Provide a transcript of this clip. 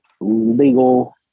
legal